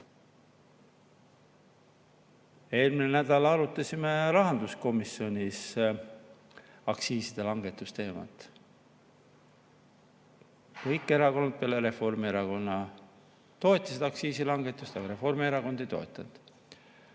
Eelmisel nädalal arutasime rahanduskomisjonis aktsiisilangetuse teemat. Kõik erakonnad peale Reformierakonna toetasid aktsiisilangetust, Reformierakond ei toetanud.